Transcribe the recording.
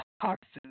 Toxins